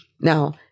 Now